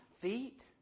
feet